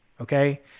okay